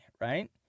right